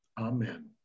amen